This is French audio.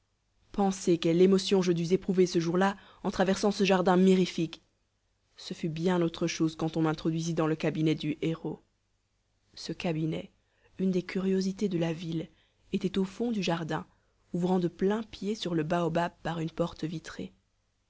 pensez quelle émotion je dus éprouver ce jour-là en traversant ce jardin mirifique ce fut bien autre chose quand on m'introduisit dans le cabinet du héros ce cabinet une des curiosités de la ville était au fond du jardin ouvrant de plain-pied sur le baobab par une porte vitrée